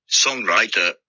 songwriter